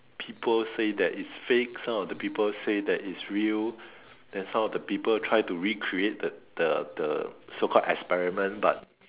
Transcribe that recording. people say that it's fake some of the people say that it's real then some of the people try to recreate the the the so called experiment but